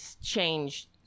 change